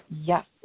Yes